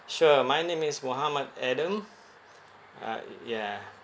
sure my name is mohammad adam uh ya